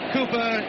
Cooper